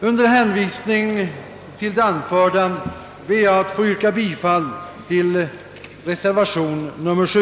Under hänvisning till det anförda ber jag att få yrka bifall till reservation nr 7.